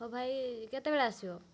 ଭାଇ କେତେବେଳେ ଆସିବ